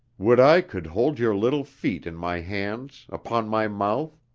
would i could hold your little feet in my hands, upon my mouth.